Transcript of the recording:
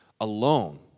alone